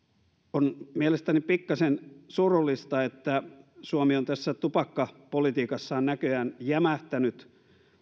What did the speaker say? on mielestäni pikkasen surullista että suomi on tässä tupakkapolitiikassaan näköjään jämähtänyt